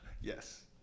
Yes